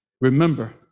remember